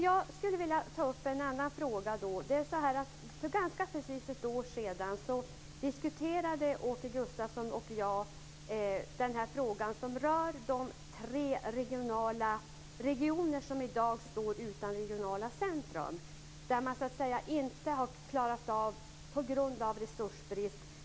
Jag skulle vilja ta upp en annan fråga. För ganska precis ett år sedan diskuterade Åke Gustavsson och jag den fråga som rör de tre regioner som i dag står utan regionala centrum, där man så att säga inte har klarat av detta beroende på att man har resursbrist.